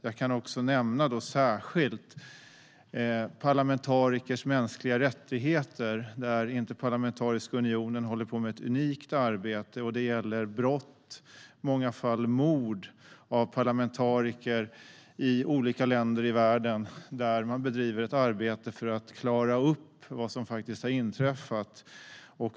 Jag kan då särskilt nämna parlamentarikers mänskliga rättigheter där Interparlamentariska unionen håller på med ett unikt arbete. Det gäller brott, i många fall mord på parlamentariker i olika länder i världen. Man bedriver nu ett arbete för att klara upp vad som faktiskt har inträffat.